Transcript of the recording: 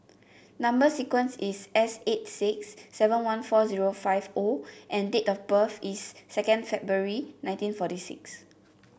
number sequence is S eight six seven one four zero five O and date of birth is second February nineteen forty six